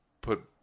put